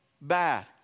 bad